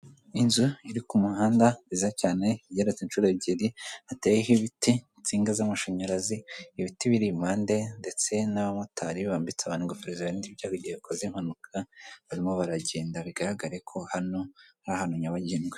Inzu iri ku muhanda nziza cyane igeretse inshuro ebyiri hateyeho ibiti, insinga z'amashanyarazi, ibiti biri impande ndetse n'abamotari bambitse abantu ingofero zibarinda ibyago igihe bakoze impanuka, barimo baragenda bigaragare ko hano ari ahantu nyabagendwa.